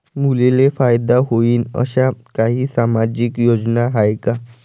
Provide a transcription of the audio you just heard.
मुलींले फायदा होईन अशा काही सामाजिक योजना हाय का?